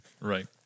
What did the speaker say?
Right